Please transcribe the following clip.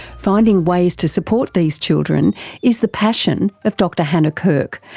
finding ways to support these children is the passion of dr hannah kirk,